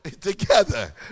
together